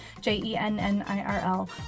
j-e-n-n-i-r-l